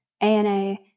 ANA